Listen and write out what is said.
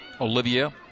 Olivia